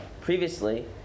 previously